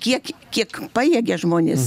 kiek kiek pajėgia žmonės